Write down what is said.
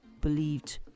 believed